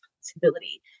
responsibility